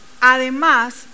Además